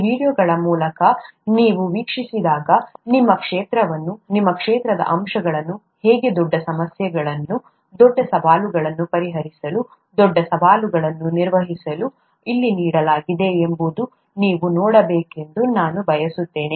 ಈ ವೀಡಿಯೋಗಳ ಮೂಲಕ ನೀವು ವೀಕ್ಷಿಸಿದಾಗ ನಿಮ್ಮ ಕ್ಷೇತ್ರವನ್ನು ನಿಮ್ಮ ಕ್ಷೇತ್ರದ ಅಂಶಗಳನ್ನು ಹೇಗೆ ದೊಡ್ಡ ಸಮಸ್ಯೆಗಳನ್ನು ದೊಡ್ಡ ಸವಾಲುಗಳನ್ನು ಪರಿಹರಿಸಲು ದೊಡ್ಡ ಸವಾಲುಗಳನ್ನು ನಿವಾರಿಸಲು ಇಲ್ಲಿ ನೀಡಲಾಗಿದೆ ಎಂಬುದನ್ನು ನೀವು ನೋಡಬೇಕೆಂದು ನಾನು ಬಯಸುತ್ತೇನೆ